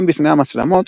גם בפני המצלמות,